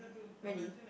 really